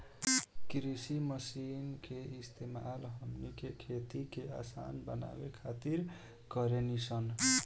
कृषि मशीन के इस्तेमाल हमनी के खेती के असान बनावे खातिर कारेनी सन